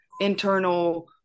internal